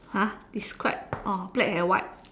!huh! describe oh black and white